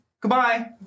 Goodbye